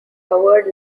howard